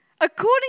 According